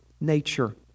nature